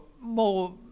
more